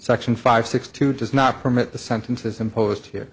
section five six two does not permit the sentences imposed here